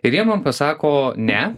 ir jie man pasako ne